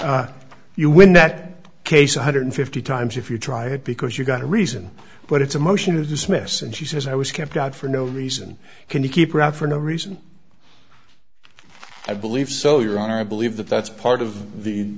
you win that case one hundred and fifty times if you try it because you've got a reason but it's a motion to dismiss and she says i was kept out for no reason can you keep her out for no reason i believe so your honor i believe that that's part of the